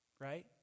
Right